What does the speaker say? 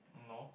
no